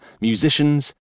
musicians